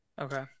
Okay